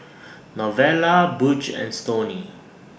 Novella Butch and Stoney